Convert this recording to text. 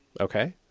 okay